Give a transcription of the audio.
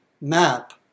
map